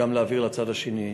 גם להעביר לצד השני,